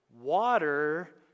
Water